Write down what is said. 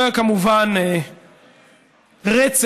זה כמובן רצף,